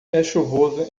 chuvoso